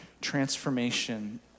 transformation